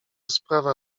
sprawa